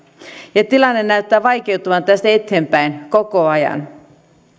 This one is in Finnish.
ja tilanne näyttää vaikeutuvan tästä eteenpäin koko ajan